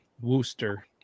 Worcester